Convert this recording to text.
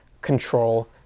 control